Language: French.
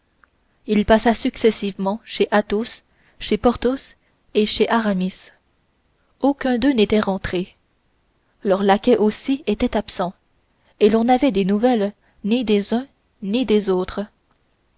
il passa successivement chez athos chez porthos et chez aramis aucun d'eux n'était rentré leurs laquais aussi étaient absents et l'on n'avait des nouvelles ni des uns ni des autres